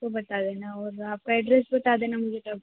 तो बता देना और आपका एड्रेस बता देना मुझे तब